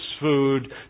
food